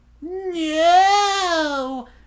No